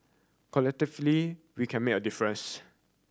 collectively we can make a difference